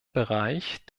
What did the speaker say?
bereich